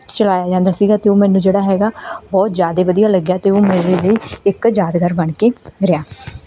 ਚਰਾਇਆ ਜਾਂਦਾ ਸੀਗਾ ਅਤੇ ਉਹ ਮੈਨੂੰ ਜਿਹੜਾ ਹੈਗਾ ਬਹੁਤ ਜ਼ਿਆਦਾ ਵਧੀਆ ਲੱਗਿਆ ਅਤੇ ਉਹ ਮੇਰੇ ਲਈ ਇੱਕ ਯਾਦਗਾਰ ਬਣ ਕੇ ਰਿਹਾ